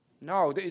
No